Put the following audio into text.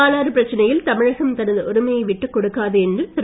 பாலாறு பிரச்சனையில் தமிழகம் தனது உரிமையை விட்டுக் கொடுக்காது என்றும் திரு